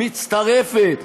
מצטרפת,